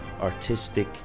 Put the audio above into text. artistic